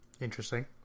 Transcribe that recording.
interesting